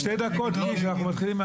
שתי דקות מעכשיו.